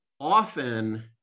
often